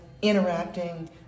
interacting